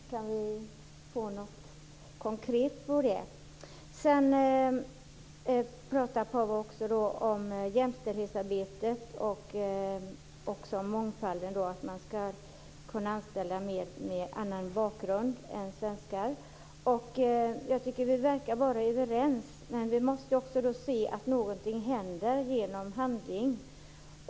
Kan vi få något konkret besked om det? Paavo Vallius pratade också om jämställdhetsarbetet och om mångfaldsaspekten, att man skall kunna anställa personer med annan bakgrund än den svenska. Jag tycker att vi verkar vara överens, men vi måste också få se att det blir något resultat i handling.